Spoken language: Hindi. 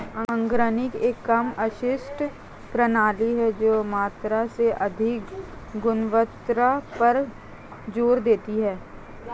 ऑर्गेनिक एक कम अपशिष्ट प्रणाली है जो मात्रा से अधिक गुणवत्ता पर जोर देती है